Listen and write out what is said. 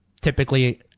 Typically